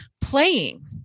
playing